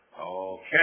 Okay